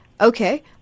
okay